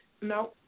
No